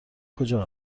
کجا